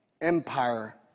empire